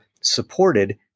supported